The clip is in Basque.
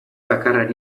bakarra